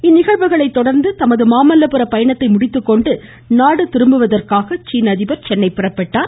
இந்நிகழ்வுகளைத் தொடர்ந்து தமது மாமல்லபுர பயணத்தை முடித்துக்கொண்டு நாடு திரும்புவதற்காக சென்னை புறப்பட்டார்